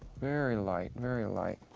very light, very light.